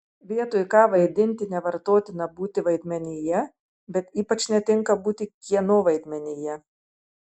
vietoj ką vaidinti nevartotina būti vaidmenyje bet ypač netinka būti kieno vaidmenyje